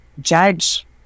Judge